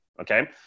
Okay